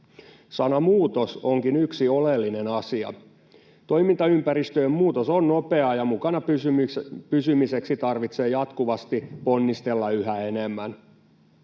Sana ”muutos” onkin yksi oleellinen asia. Toimintaympäristöjen muutos on nopeaa, ja mukana pysymiseksi tarvitsee jatkuvasti ponnistella yhä enemmän.